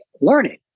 learning